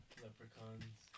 leprechauns